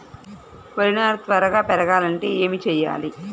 వరి నారు త్వరగా పెరగాలంటే ఏమి చెయ్యాలి?